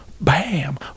bam